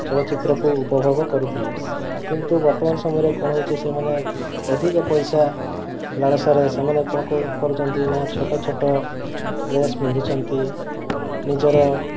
ଚଳଚ୍ଚିତ୍ରକୁ ଉପଭୋଗ କରୁଥିଲେ କିନ୍ତୁ ବର୍ତ୍ତମାନ ସମୟରେ କ'ଣ ହେଉଛି ସେମାନେ ଅଧିକ ପଇସା ଲାଳସାରେ ସେମାନେ କ'ଣ କରୁଛନ୍ତି ନା ଛୋଟ ଛୋଟ ଡ୍ରେସ୍ ପିନ୍ଧୁଛନ୍ତି ନିଜର